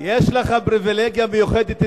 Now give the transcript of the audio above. יש לך פריווילגיה מיוחדת אצלי,